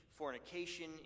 fornication